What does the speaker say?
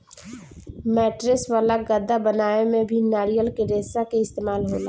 mattress वाला गद्दा बनावे में भी नारियल के रेशा के इस्तेमाल होला